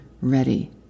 ready